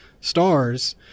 stars